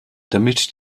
damit